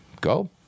go